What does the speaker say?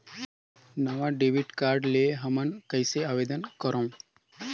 नवा debit card ले हमन कइसे आवेदन करंव?